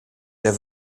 der